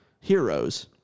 heroes